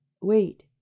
wait